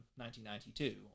1992